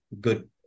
good